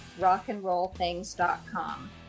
rockandrollthings.com